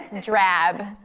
drab